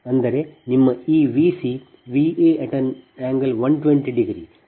ಅಂದರೆ ನಿಮ್ಮ ಈ VcVa∠ 120 ಅದು Vaej120 ಅಂದರೆ Vc βVa